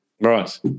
Right